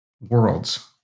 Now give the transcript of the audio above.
worlds